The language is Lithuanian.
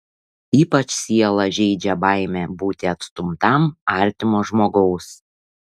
ypač sielą žeidžia baimė būti atstumtam artimo žmogaus